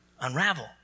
unravel